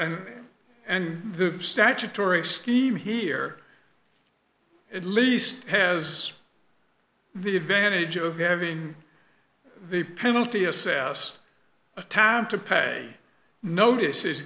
and and the statutory scheme here at least has the advantage of having the penalty assess the time to pay notice is